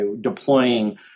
deploying